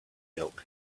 milk